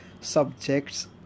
subjects